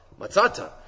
matzata